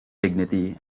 dignity